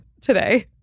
today